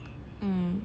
mm